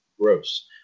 gross